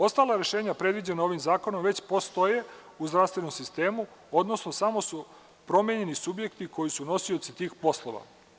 Ostala rešenja predviđena ovim zakonom već postoje u zdravstvenom sistemu, odnosno samo su promenjeni subjekti koji su nosioci tih poslova.